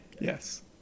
Yes